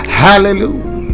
hallelujah